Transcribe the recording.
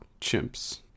Chimps